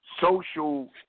social